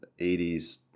80s